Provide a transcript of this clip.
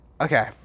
okay